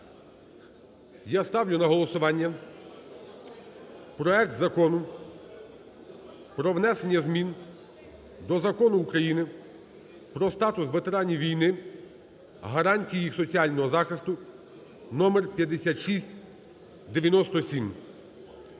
я ставлю на голосування проект Закону про внесення змін до Закону України "Про статус ветеранів війни, гарантії їх соціального захисту", номер 5697.